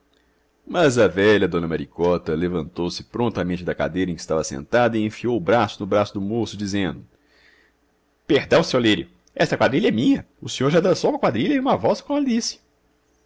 mas a velha d maricota levantou-se prontamente da cadeira em que estava sentada e enfiou o braço no braço do moço dizendo perdão seu lírio esta quadrilha é minha o senhor já dançou uma quadrilha e uma valsa com alice